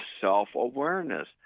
self-awareness